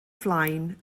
flaen